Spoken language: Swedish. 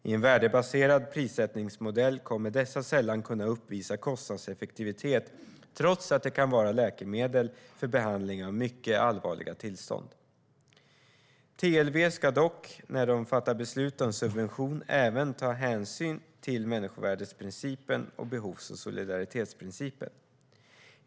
I en värdebaserad prissättningsmodell kommer dessa sällan att kunna uppvisa kostnadseffektivitet, trots att det kan vara läkemedel för behandling av mycket allvarliga tillstånd. TLV ska dock, när de fattar beslut om subvention, även ta hänsyn till människovärdesprincipen och behovs och solidaritetsprincipen.